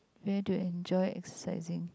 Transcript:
where do you enjoy exercising